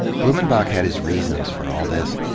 blumenbach had his reasons for all this,